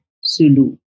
Sulu